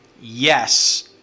yes